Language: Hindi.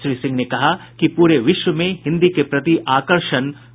श्री सिंह ने कहा कि पूरे विश्व में हिन्दी के प्रति आकर्षण बढ़ा है